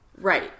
right